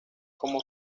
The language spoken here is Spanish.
como